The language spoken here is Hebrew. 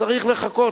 צריך לחכות,